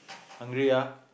hungry ah